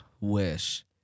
wish